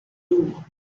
too